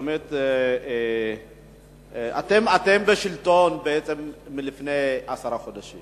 אתם בשלטון מלפני עשרה חודשים